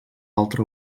altra